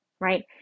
right